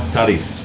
Taris